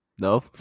no